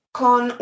con